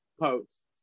posts